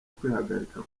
kwihagarika